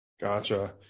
Gotcha